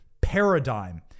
paradigm